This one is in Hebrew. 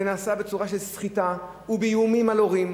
נעשה בצורה של סחיטה ובאיומים על הורים.